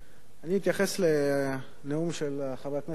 אני אתייחס לנאום של חבר הכנסת חנין,